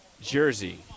jersey